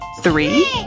Three